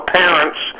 parents